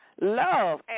love